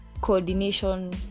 coordination